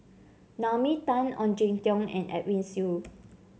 Naomi Tan Ong Jin Teong and Edwin Siew